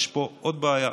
יש פה עוד בעיה,